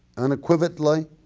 unequivocally,